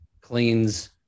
cleans